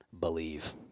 Believe